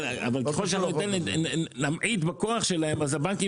אבל ככל שאנחנו נמעיט בכוח שלהן אז הבנקים